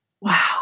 Wow